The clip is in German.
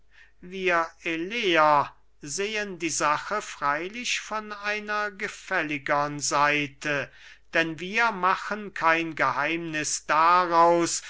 wir eleer sehen die sache freylich von einer gefälligern seite denn wir machen kein geheimniß daraus